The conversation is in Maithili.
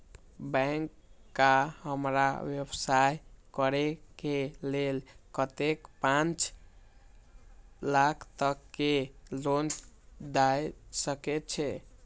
बैंक का हमरा व्यवसाय करें के लेल कतेक पाँच लाख तक के लोन दाय सके छे?